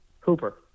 Cooper